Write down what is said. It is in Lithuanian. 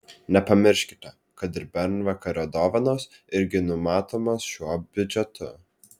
nepamirškite kad ir bernvakario dovanos irgi numatomos šiuo biudžetu